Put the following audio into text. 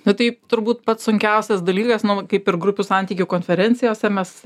na tai turbūt pats sunkiausias dalykas kaip ir grupių santykių konferencijose mes